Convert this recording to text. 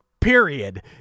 period